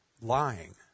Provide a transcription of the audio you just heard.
lying